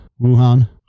Wuhan